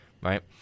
right